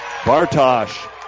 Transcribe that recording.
Bartosh